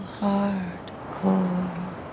hardcore